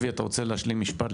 לוי, אתה רוצה להשלים משפט?